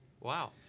Wow